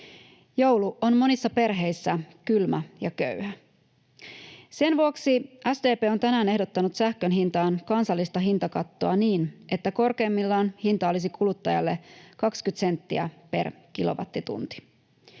Joulu on monissa perheissä kylmä ja köyhä. Sen vuoksi SDP on tänään ehdottanut sähkön hintaan kansallista hintakattoa niin, että korkeimmillaan hinta olisi kuluttajalle 20 senttiä per kilowattitunti.